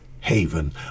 haven